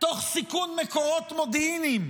תוך סיכון מקורות מודיעיניים